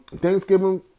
Thanksgiving